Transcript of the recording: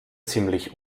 ziemlich